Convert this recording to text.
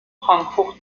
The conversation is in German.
frankfurt